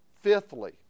Fifthly